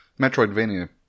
Metroidvania